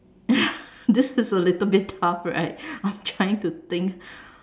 this is a little bit tough right I'm trying to think